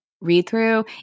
read-through